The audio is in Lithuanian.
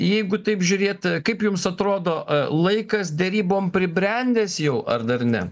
jeigu taip žiūrėt kaip jums atrodo laikas derybom pribrendęs jau ar dar ne